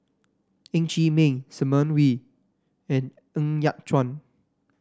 Ng Chee Meng Simon Wee and Ng Yat Chuan